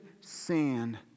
sand